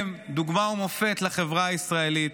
הם דוגמה ומופת לחברה הישראלית,